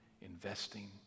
investing